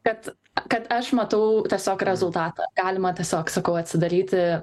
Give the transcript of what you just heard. kad kad aš matau tiesiog rezultatą galima tiesiog sakau atsidaryti